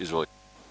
Izvolite.